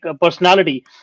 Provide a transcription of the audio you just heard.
personality